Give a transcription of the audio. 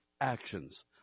actions